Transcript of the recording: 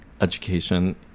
education